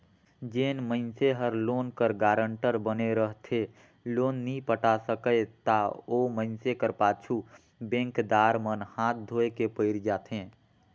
जेन मइनसे हर लोन कर गारंटर बने रहथे लोन नी पटा सकय ता ओ मइनसे कर पाछू बेंकदार मन हांथ धोए के पइर जाथें